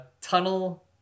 tunnel